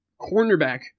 cornerback